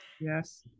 yes